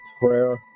prayer